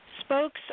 spokes